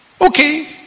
okay